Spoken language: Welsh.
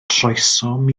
troesom